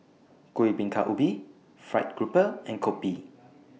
Kuih Bingka Ubi Fried Grouper and Kopi